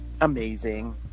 Amazing